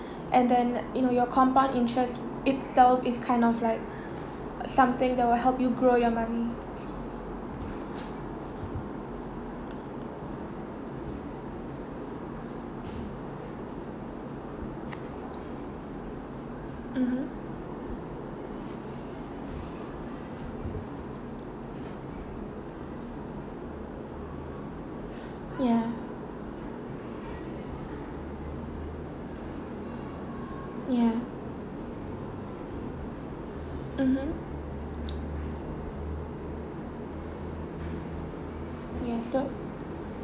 and then you know your compound interest itself it's kind of like something that will help grow your money mmhmm ya ya mmhmm ya so